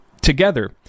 together